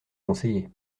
conseiller